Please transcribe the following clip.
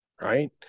Right